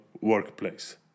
workplace